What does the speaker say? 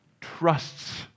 trusts